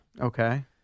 Okay